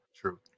True